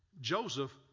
Joseph